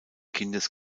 kindes